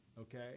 okay